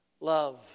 love